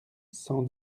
cent